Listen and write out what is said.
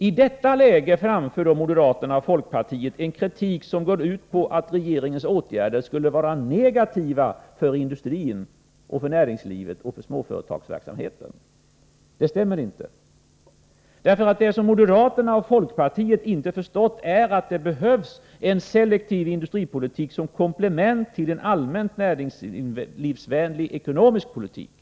I detta läge för moderaterna och folkpartiet fram en kritik som går ut på att regeringens åtgärder skulle vara negativa för industrin, för näringslivet och för småföretagsamheten. Det stämmer inte. Det som moderaterna och folkpartiet inte förstått är att det behövs en selektiv industripolitik som komplement till en allmänt näringslivsvänlig ekonomisk politik.